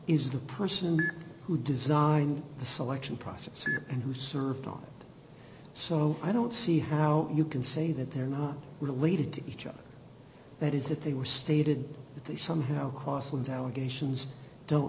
is the person who designed the selection process and who served on so i don't see how you can say that they're not related to each other that is that they were stated that they somehow crossed with allegations don't